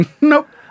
Nope